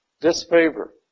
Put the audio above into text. disfavor